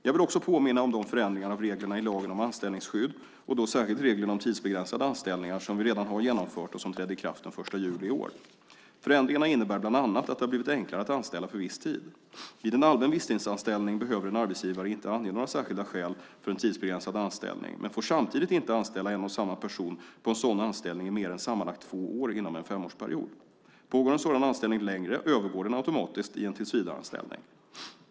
Jag vill också påminna om de förändringar av reglerna i lagen om anställningsskydd, särskilt reglerna om tidsbegränsade anställningar, som vi redan har genomfört och som trädde i kraft den 1 juli i år. Förändringarna innebär bland annat att det har blivit enklare att anställa för viss tid. Vid en allmän visstidsanställning behöver en arbetsgivare inte ange några särskilda skäl för en tidsbegränsad anställning, men man får samtidigt inte anställa en och samma person på en sådan anställning i mer än sammanlagt två år inom en femårsperiod. Pågår en sådan anställning längre övergår den automatiskt i en tillsvidareanställning.